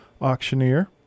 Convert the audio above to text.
auctioneer